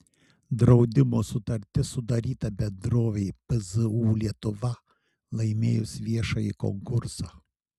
draudimo sutartis sudaryta bendrovei pzu lietuva laimėjus viešąjį konkursą